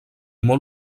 molt